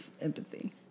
empathy